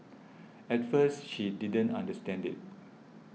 at first she didn't understand it